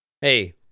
Hey